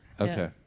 Okay